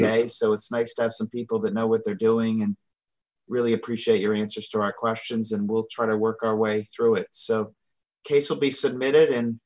day so it's nice to have some people that know what they're doing and really appreciate your interest or questions and we'll try to work our way through it so case will be submitted